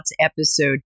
episode